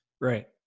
Right